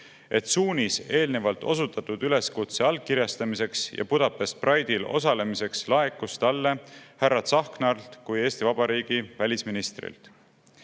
et suunis eelnevalt osutatud üleskutse allkirjastamiseks ja Budapest Pride'il osalemiseks laekus talle härra Tsahknalt kui Eesti Vabariigi välisministrilt. Samal